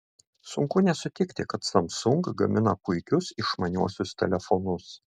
sunku nesutikti kad samsung gamina puikius išmaniuosius telefonus